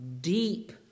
deep